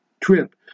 trip